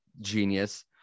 genius